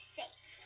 safe